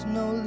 no